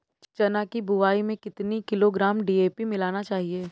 चना की बुवाई में कितनी किलोग्राम डी.ए.पी मिलाना चाहिए?